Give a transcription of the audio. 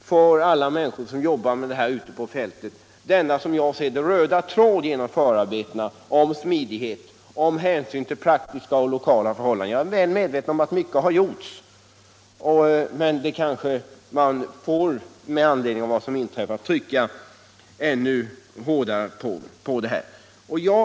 för dem som jobbar med saken ute på fältet att det går som en röd tråd genom förarbetena att man skall försöka åstadkomma smidighet och ta hänsyn till praktiska och lokala förhållanden. Jag är väl medveten om att mycket har gjorts, men med anledning av vad som inträffat får man kanske trycka ännu hårdare på detta med smidighet och anpassning.